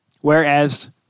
Whereas